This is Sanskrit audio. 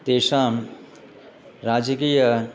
तेषां राजकीयः